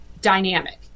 Dynamic